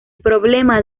problema